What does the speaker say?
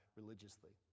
religiously